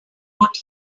what